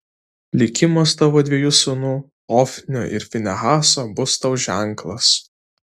likimas tavo dviejų sūnų hofnio ir finehaso bus tau ženklas